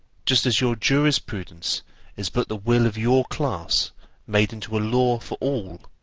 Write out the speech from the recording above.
just as your jurisprudence is but the will of your class made into a law for all,